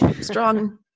strong